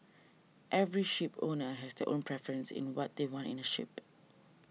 every shipowner has their own preference in what they want in a ship